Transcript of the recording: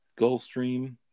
Gulfstream